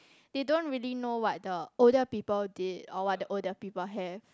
they don't really know what the older people did or what the older people have